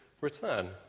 return